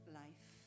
life